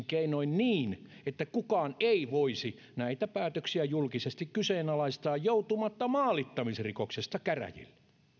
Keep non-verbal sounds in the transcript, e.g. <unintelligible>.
<unintelligible> keinoin niin että kukaan ei voisi näitä päätöksiä julkisesti kyseenalaistaa joutumatta maalittamisrikoksesta käräjille